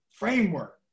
framework